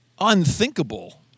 unthinkable